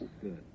good